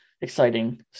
exciting